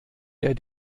der